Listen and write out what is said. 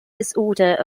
disorder